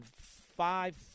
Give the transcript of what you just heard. five